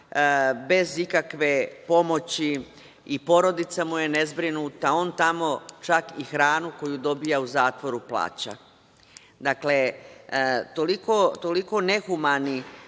bez ikakve pomoći i porodica mu je nezbrinuta. On tamo čak i hranu koju dobija u zatvoru plaća. Toliko nehumani